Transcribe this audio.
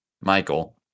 Michael